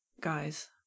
guys